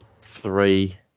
Three